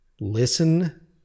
Listen